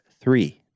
three